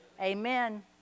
Amen